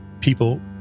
people